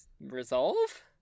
resolve